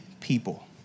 people